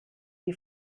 die